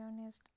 honest